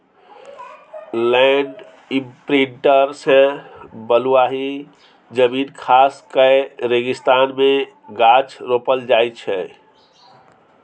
land imprinter सँ बलुआही जमीन खास कए रेगिस्तान मे गाछ रोपल जाइ छै